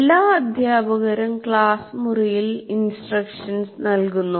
എല്ലാ അധ്യാപകരും ക്ലാസ് മുറിയിൽ ഇൻസ്ട്രക്ഷൻസ് നൽകുന്നു